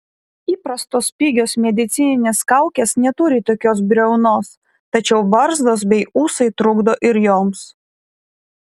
įprastos pigios medicininės kaukės neturi tokios briaunos tačiau barzdos bei ūsai trukdo ir joms